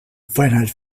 finite